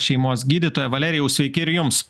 šeimos gydytoją valerijau sveiki ir jums